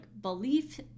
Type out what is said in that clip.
belief